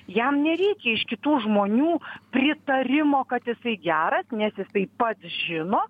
jam nereikia iš kitų žmonių pritarimo kad jisai geras nes jis tai pats žino